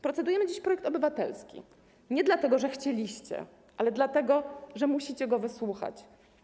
Procedujemy dziś nad projektem obywatelskim nie dlatego, że chcieliście, ale dlatego, że musicie tego wysłuchać.